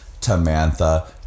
Tamantha